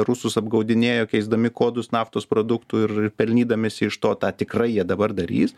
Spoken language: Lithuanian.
rusus apgaudinėjo keisdami kodus naftos produktų ir pelnydamiesi iš to tą tikrai jie dabar darys